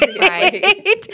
Right